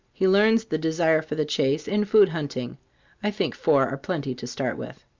he learns the desire for the chase in food hunting i think four are plenty to start with.